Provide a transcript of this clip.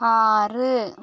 ആറ്